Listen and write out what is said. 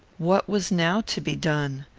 what was now to be done?